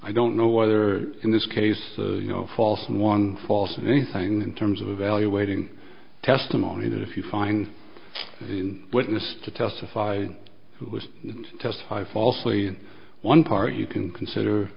i don't know whether in this case you know false and one false of anything in terms of evaluating testimony that if you find the witness to testify who was testify falsely one part you can consider